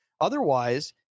Otherwise